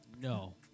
No